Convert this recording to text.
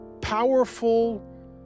powerful